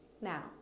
Now